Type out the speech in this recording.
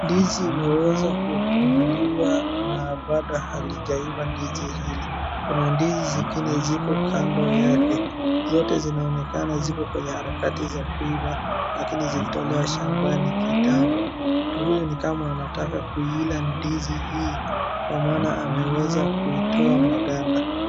Ndizi imeweza kufunguliwa na bada halijaiva ndizi hili. Kuna ndizi zingine ziko kando yake. Zote zinaonekana ziko kwenye harakati za kuiva lakini zilitolewa shambani kitambo. mtu huyu ni kama anataka kuila ndizi hii kwa maana ameweza kuitoa maganda.